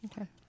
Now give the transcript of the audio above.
Okay